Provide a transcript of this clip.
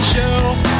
Show